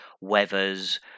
weathers